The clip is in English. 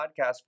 podcast